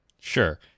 Sure